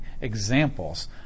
examples